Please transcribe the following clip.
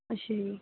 ਅੱਛਾ ਜੀ